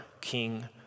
king